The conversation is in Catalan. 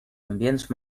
ambients